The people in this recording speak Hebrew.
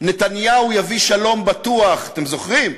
"נתניהו יביא שלום בטוח"; אתם זוכרים?